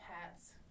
Hats